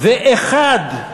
ואחד,